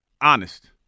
honest